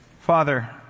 Father